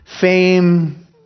fame